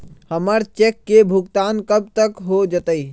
हमर चेक के भुगतान कब तक हो जतई